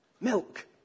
milk